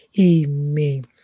Amen